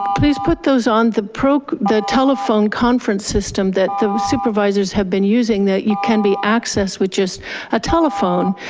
please put those on the pro, the telephone conference system that the supervisors have been using that you can be accessed which is a telephone,